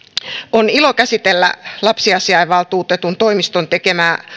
on ilo käsitellä lapsiasiavaltuutetun toimiston tekemää